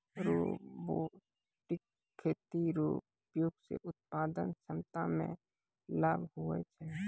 robotic खेती रो उपयोग से उत्पादन क्षमता मे लाभ हुवै छै